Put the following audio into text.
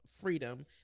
freedom